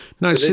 no